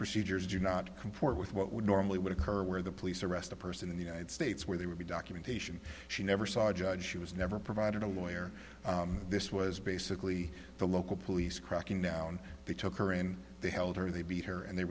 procedures do not comport with what would normally would occur where the police arrest a person in the united states where they would be documentation she never saw a judge she was never provided a lawyer this was basically the local police cracking down they took her in they held her they beat her and they